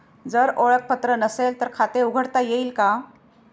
जर ओळखपत्र नसेल तर खाते उघडता येईल का?